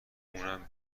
اونم